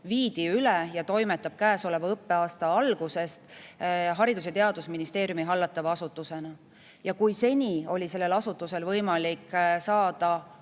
viidi üle ja toimetab käesoleva õppeaasta algusest Haridus‑ ja Teadusministeeriumi hallatava asutusena. Ja kui seni oli sellel asutusel võimalik saada